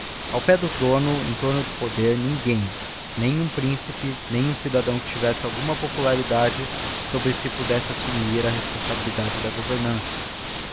ao pé do throno em torno do poder ninguém nem um principe nem um cidadão que tivesse alguma popularidade que sobre si pudesse assumir a responsabilidade da governança